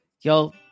Y'all